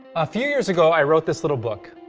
a few years ago, i wrote this little book.